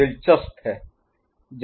यह दिलचस्प है